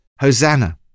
Hosanna